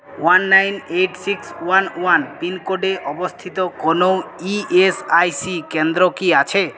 one nine eight six one one পিনকোডে অবস্থিত কোনও ই এস আই সি কেন্দ্র কি আছে